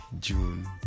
june